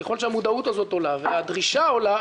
עולה והדרישה עולה,